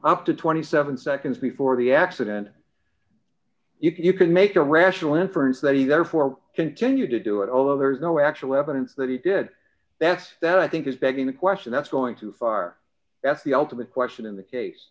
up to twenty seven seconds before the accident if you can make a rational inference that he therefore continue to do it over there is no actual evidence that he did that's the i think is begging the question that's going too far that's the ultimate question in the case